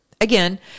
Again